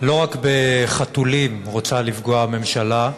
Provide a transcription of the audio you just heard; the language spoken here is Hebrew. תודה רבה, לא רק בחתולים רוצה לפגוע הממשלה,